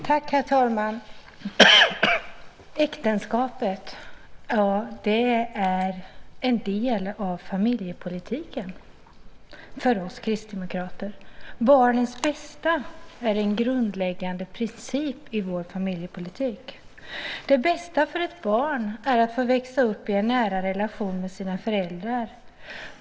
Herr talman! Äktenskapet är en del av familjepolitiken för oss kristdemokrater. Barnens bästa är en grundläggande princip i vår familjepolitik. Det bästa för ett barn är att få växa upp i en nära relation med sina föräldrar.